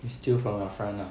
you steal from your friend lah